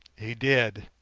he did!